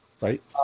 Right